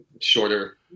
shorter